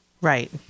right